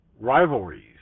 rivalries